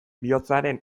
bihotzaren